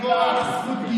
מכוח זכות,